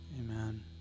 Amen